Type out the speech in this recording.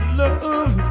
love